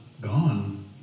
gone